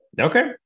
Okay